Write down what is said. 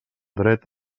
dret